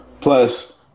plus